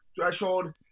threshold